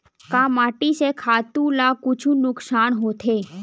का माटी से खातु ला कुछु नुकसान होथे?